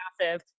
massive